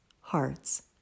hearts